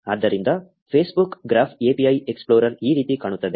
ಆದ್ದರಿಂದ Facebook graph API explorer ಈ ರೀತಿ ಕಾಣುತ್ತದೆ